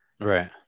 right